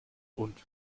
und